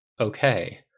Okay